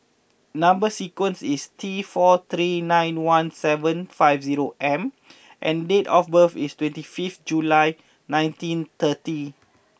number sequence is T four three nine one seven five zero M and date of birth is twenty fifth July nineteen thirty